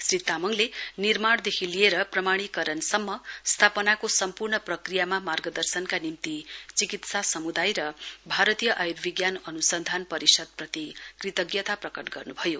श्री तामाङले निर्माणदेखि लिएर प्रमाणीकरणसम्म स्थापनाको सम्पूर्ण प्रक्रियामा मार्गदर्शनका निम्ति चिकित्सा समुदाय र भारतीय आयुर्विज्ञान अनुसन्धान परिषदप्रति कृतज्ञता प्रकट गर्नु भयो